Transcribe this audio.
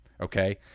Okay